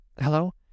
Hello